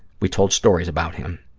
we told stories about him.